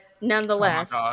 nonetheless